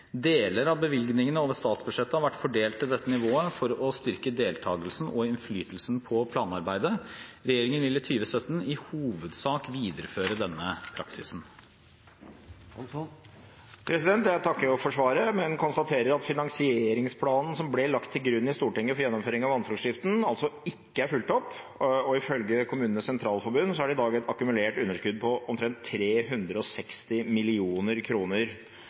Deler av bevilgningene over statsbudsjettet har vært fordelt til dette nivået for å styrke deltakelsen og innflytelsen på planarbeidet. Regjeringen vil i 2017 i hovedsak videreføre denne praksisen. Jeg takker for svaret, men konstaterer at finansieringsplanen som ble lagt til grunn i Stortinget for gjennomføring av vannforskriften, ikke er fulgt opp. Ifølge KS er det i dag et akkumulert underskudd på omtrent 360